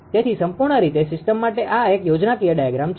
તેથી સંપૂર્ણ રીતે સિસ્ટમ માટે આ એક યોજનાકીય ડાયાગ્રામ છે